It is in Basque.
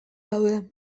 daude